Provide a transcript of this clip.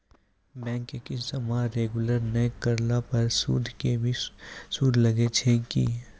Bank के किस्त जमा रेगुलर नै करला पर सुद के भी सुद लागै छै कि?